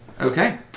Okay